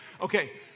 Okay